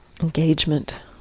engagement